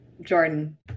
Jordan